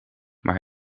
maar